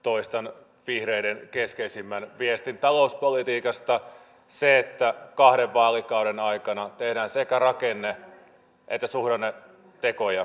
toistan vihreiden keskeisimmän viestin talouspolitiikasta sen että kahden vaalikauden aikana tehdään sekä rakenne että suhdannetekoja